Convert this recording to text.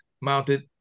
mounted